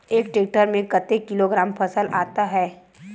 एक टेक्टर में कतेक किलोग्राम फसल आता है?